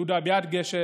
יהודה ביאדגה,